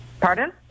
Pardon